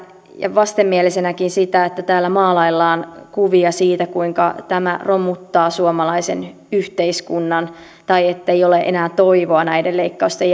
ja vastenmielisenäkin sitä että täällä maalaillaan kuvia siitä kuinka tämä romuttaa suomalaisen yhteiskunnan tai ettei ole enää toivoa näiden leikkausten